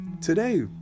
today